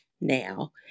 now